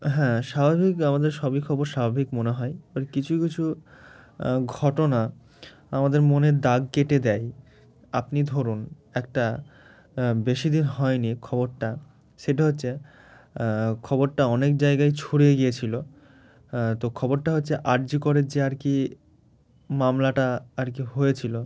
হ্যাঁ স্বাভাবিক আমাদের সবই খবর স্বাভাবিক মনে হয় এবার কিছু কিছু ঘটনা আমাদের মনে দাগ কেটে দেয় আপনি ধরুন একটা বেশি দিন হয়নি খবরটা সেটা হচ্ছে খবরটা অনেক জায়গায় ছড়িয়ে গিয়েছিলো তো খবরটা হচ্ছে আর জি করের যে আর কি মামলাটা আর কি হয়েছিলো